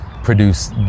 produce